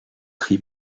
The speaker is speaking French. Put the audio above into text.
tri